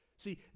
See